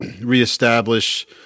reestablish